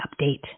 update